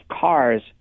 cars